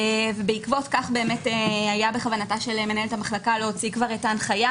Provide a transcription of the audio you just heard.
בעקבות כך היה בכוונתה של מנהלת המחלקה להוציא כבר את ההנחיה.